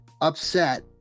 upset